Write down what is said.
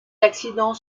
accidents